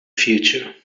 future